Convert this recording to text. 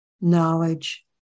knowledge